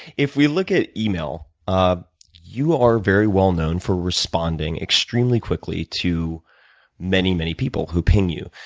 if we look at email, um you are very well known for responding extremely quickly to many, many people who ping you.